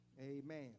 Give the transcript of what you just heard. Amen